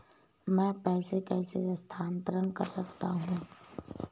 मैं पैसे कैसे स्थानांतरण कर सकता हूँ?